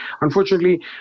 unfortunately